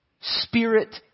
spirit